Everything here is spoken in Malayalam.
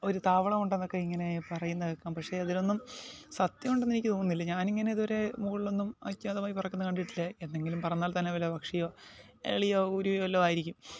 ഒരു താവളം ഉണ്ടെന്നൊക്ക ഇങ്ങനെ പറയുന്ന കേൾക്കാം പക്ഷെ അതിനൊന്നും സത്യം ഒണ്ടെന്ന് എനിക്ക് തോന്നുന്നില്ല ഞാനിങ്ങനെ ഇതുവരെ മുകളിലൊന്നും അജ്ഞാതമായി പറക്കുന്ന കണ്ടിട്ടില്ല എന്തെങ്കിലും പറന്നാൽ തന്ന വല്ല പക്ഷിയോ കിളിയോ കുരുവിയോ വല്ലതും ആയിരിക്കും